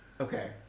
Okay